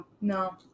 No